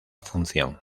función